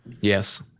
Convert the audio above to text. Yes